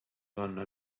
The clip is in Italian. donna